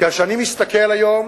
כשאני מסתכל היום,